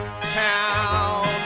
town